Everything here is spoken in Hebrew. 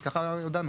כי ככה הודענו.